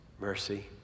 mercy